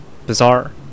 bizarre